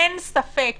אין ספק